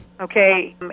Okay